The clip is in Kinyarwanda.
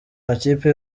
amakipe